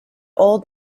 old